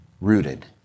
rooted